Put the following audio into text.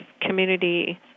community